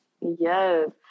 yes